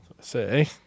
say